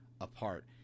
apart